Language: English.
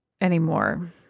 anymore